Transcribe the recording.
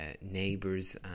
neighbors